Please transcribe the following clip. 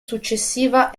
successiva